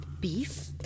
Beef